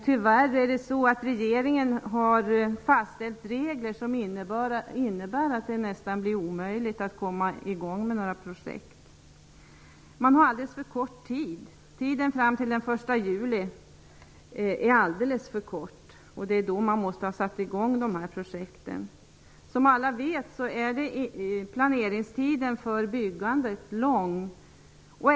Tyvärr har regeringen fastställt regler som innebär att det nästan blir omöjligt att komma i gång med några projekt. Man har alldeles för kort tid på sig. Tiden fram till den 1 juli är alldeles för kort, och det är då man måste ha satt i gång dessa projekt. Som alla vet är planeringstiden för byggandet lång.